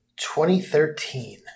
2013